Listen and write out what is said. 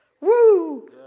Woo